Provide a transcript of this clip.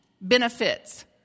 benefits